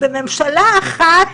בממשלה אחת